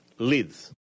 leads